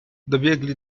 dobiegli